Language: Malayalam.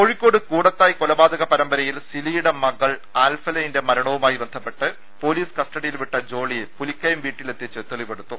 കോഴിക്കോട് കൂടത്തായ് കൊലപാതക പരമ്പരയിൽ സിലിയുടെ മകൾ ആൽഫൈന്റെ മരണവുമായി ബന്ധപ്പെട്ട് പോലീസ് കസ്റ്റഡിയിൽവിട്ട ജോളിയെ പുലിക്കയം വീട്ടിലെത്തിച്ചു തെളിവെടുത്തു